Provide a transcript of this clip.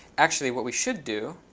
actually, what we should do